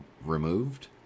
removed